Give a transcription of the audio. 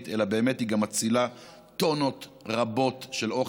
אלא באמת גם מצילה טונות רבות של אוכל,